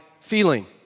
feeling